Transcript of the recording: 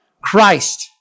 Christ